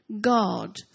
God